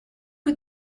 que